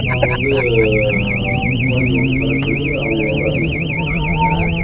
நாங்கள் வந்து குழந்தைய வந்து செலெக்ட் பண்ணி அவங்களுக்கு வந்து அட்மிஷன் கொடுப்போம்